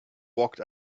walked